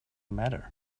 matter